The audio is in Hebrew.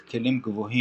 כך כלים גבוהים,